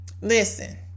Listen